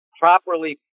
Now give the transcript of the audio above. properly